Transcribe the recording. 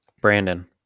Brandon